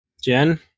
Jen